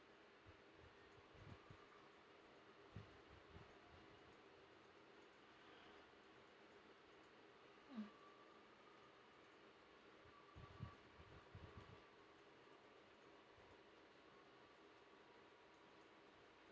mm